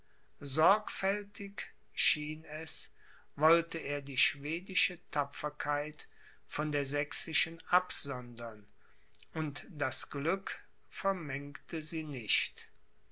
sorgfältig schien es wollte er die schwedische tapferkeit von der sächsischen absondern und das glück vermengte sie nicht